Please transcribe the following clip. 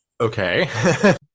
Okay